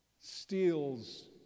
steals